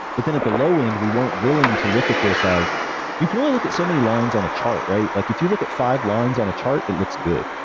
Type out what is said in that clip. but then at the low-end, we weren't willing to look at this as you can only look at so many lines on a chart. like if you look at five lines on a chart, it looks good.